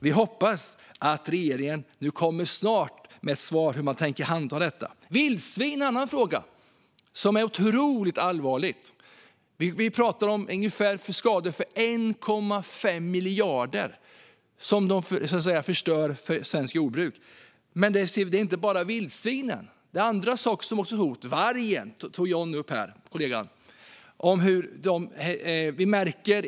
Vi hoppas att regeringen snart kommer med ett svar på hur man tänker handha detta. Vildsvin är en annan fråga som är otroligt allvarlig. De förstör för svenskt jordbruk. Vi pratar om skador för ungefär 1,5 miljarder. Men det finns även andra hot, exempelvis vargen, som kollegan John Widegren tog upp.